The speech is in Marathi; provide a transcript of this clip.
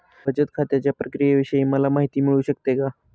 बचत खात्याच्या प्रक्रियेविषयी मला माहिती मिळू शकते का?